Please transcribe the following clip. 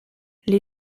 les